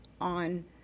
on